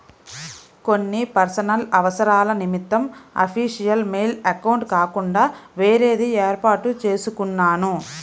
కొన్ని పర్సనల్ అవసరాల నిమిత్తం అఫీషియల్ మెయిల్ అకౌంట్ కాకుండా వేరేది వేర్పాటు చేసుకున్నాను